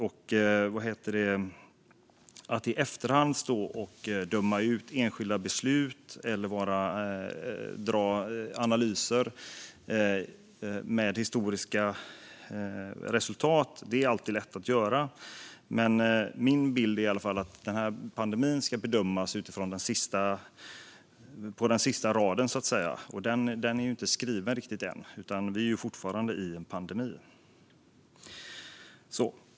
Det är alltid lätt att i efterhand stå och döma ut enskilda beslut eller göra analyser av historiska resultat. Min bild är att pandemin ska bedömas på den sista raden. Och den är inte skriven riktigt än, utan vi är fortfarande i en pandemi.